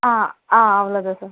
ஆ ஆ அவ்வளோ தான் சார்